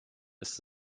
ist